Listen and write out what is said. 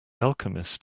alchemist